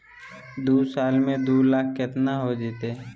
दू साल में दू लाख केतना हो जयते?